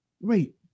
Wait